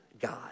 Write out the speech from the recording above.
God